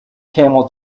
camel